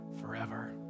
forever